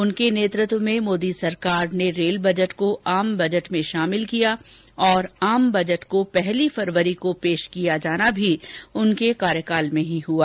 उनके नेतृत्व में मोदी सरकार ने रेल बजट को आम बजट में शामिल किया और आम बजट को पहली फरवरी को पेश किया जाना भी इनके कार्यकाल में ही हुआ